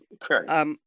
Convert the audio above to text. Correct